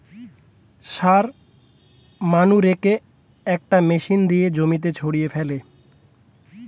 সার মানুরেকে একটা মেশিন দিয়ে জমিতে ছড়িয়ে ফেলে